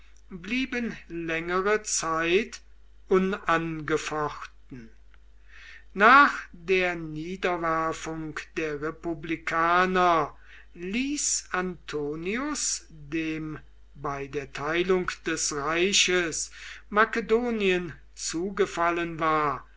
blieben längere zeit unangefochten nach der niederwerfung der republikaner ließ antonius dem bei der teilung des reiches makedonien zugefallen war